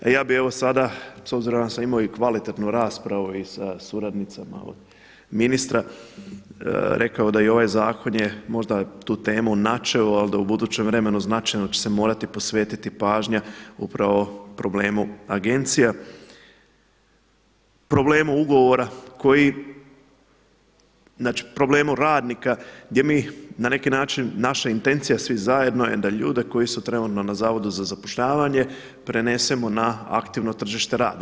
A ja bi evo sada s obzirom da sam imao i kvalitetnu raspravu i sa suradnicama od ministra, rekao da je ovaj zakon možda tu temu načeo ali da u budućem vremenu značajno će se morati posvetiti pažnja upravo problemu agencija, problemu ugovora koji znači problemu radnika gdje mi na neki način naša intencija svih zajedno je da ljude koji su trenutno na Zavodu za zapošljavanje prenesemo na aktivno tržište rada.